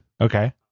Okay